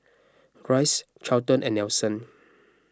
Rice Charlton and Nelson